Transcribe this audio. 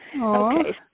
Okay